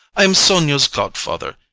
i am sonia's godfather,